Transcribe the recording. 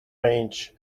range